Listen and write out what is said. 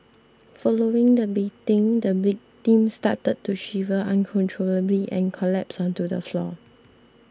following the beating the victim started to shiver uncontrollably and collapsed onto the floor